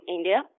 India